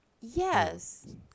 Yes